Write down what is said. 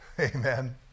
Amen